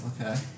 Okay